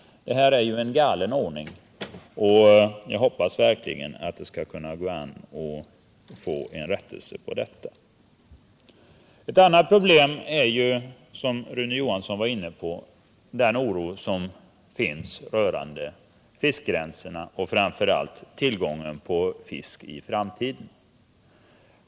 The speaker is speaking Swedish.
Men det är ju en helt galen ordning. Jag hoppas verkligen att vi skall kunna få någon rättelse i det fallet. Ett annat problem, som också Rune Johnsson i Mölndal var inne på , är den oro som i dag råder beträffande fiskegränserna och, framför allt, tillgången på fisk i framtiden.